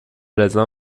رضا